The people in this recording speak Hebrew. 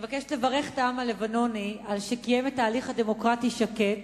אני מבקשת לברך את העם הלבנוני על שקיים הליך דמוקרטי שקט.